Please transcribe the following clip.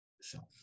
self